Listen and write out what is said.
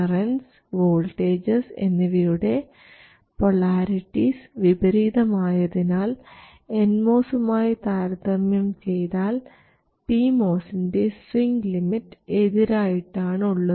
currents voltages എന്നിവയുടെ polarities വിപരീതം ആയതിനാൽ എൻ മോസുമായി താരതമ്യം ചെയ്താൽ പി മോസിൻറെ സ്വിങ് ലിമിറ്റ് എതിരായിട്ടാണ് ഉള്ളത്